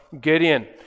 Gideon